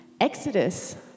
exodus